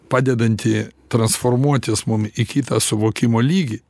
padedantį transformuotis mum į kitą suvokimo lygį